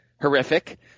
horrific